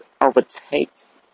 overtakes